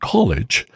College